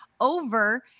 over